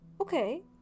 Okay